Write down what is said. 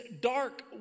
dark